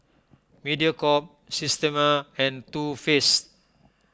Mediacorp Systema and Too Faced